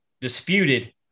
disputed